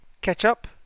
ketchup